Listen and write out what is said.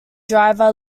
driver